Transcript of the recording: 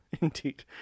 Indeed